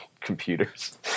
Computers